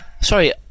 Sorry